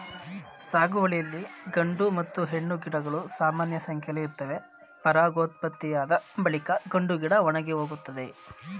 ಸಾಗುವಳಿಲಿ ಗಂಡು ಮತ್ತು ಹೆಣ್ಣು ಗಿಡಗಳು ಸಮಾನಸಂಖ್ಯೆಲಿ ಇರ್ತವೆ ಪರಾಗೋತ್ಪತ್ತಿಯಾದ ಬಳಿಕ ಗಂಡುಗಿಡ ಒಣಗಿಹೋಗ್ತದೆ